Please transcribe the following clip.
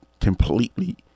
completely